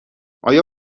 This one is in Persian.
آیا